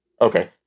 okay